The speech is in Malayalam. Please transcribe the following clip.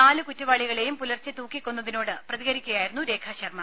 നാല് കുറ്റവാളികളെയും പുലർച്ചെ തൂക്കിക്കൊന്നതിനോട് പ്രതികരിക്കുകയായിരുന്നു രേഖാശർമ്മ